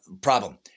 problem